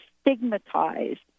stigmatized